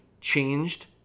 changed